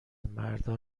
مردها